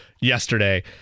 yesterday